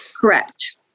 Correct